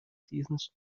seasons